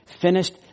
finished